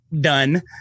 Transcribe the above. done